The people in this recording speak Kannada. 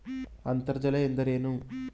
ಅಂತರ್ಜಲ ಎಂದರೇನು?